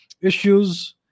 issues